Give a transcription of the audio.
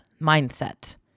Mindset